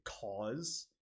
cause